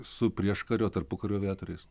su prieškario tarpukario aviatoriais